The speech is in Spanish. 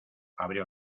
abrió